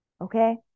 okay